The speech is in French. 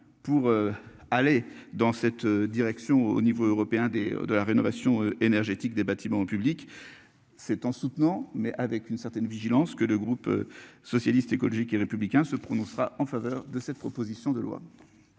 pour. Aller dans cette direction, au niveau européen des de la rénovation énergétique des bâtiments publics. C'est en soutenant mais avec une certaine vigilance que le groupe socialiste, écologique et républicain se prononcera en faveur de cette proposition de loi.